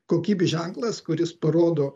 kokybės ženklas kuris parodo